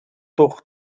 toch